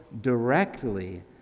directly